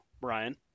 Brian